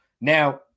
now